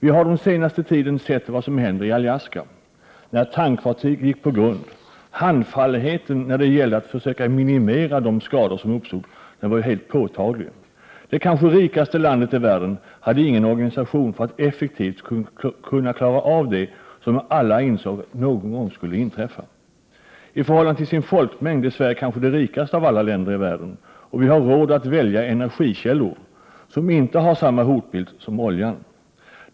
Vi har den senaste tiden fått veta vad som hänt i Alaska, där ett tankfartyg gick på grund. Handfallenheten när det gällde att försöka minimera de skador som uppstod var helt påtaglig. Det kanske rikaste landet i världen hade inte någon organisation för att effektivt kunna klara av det som alla insåg någon gång skulle inträffa. I förhållande till sin folkmängd är Sverige kanske det rikaste av alla länder i världen, och vi har råd att välja energikällor som inte har samma hotbild som oljan.